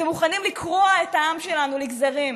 אתם מוכנים לקרוע את העם שלנו לגזרים.